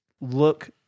look